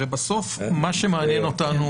הרי בסוף מה שמעניין אותנו,